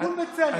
בצלם,